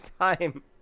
time